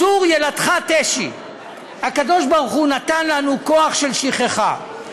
"צור ילדך תשי" הקב"ה נתן לנו כוח של שכחה.